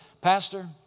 Pastor